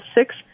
six